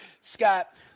Scott